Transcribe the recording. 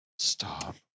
Stop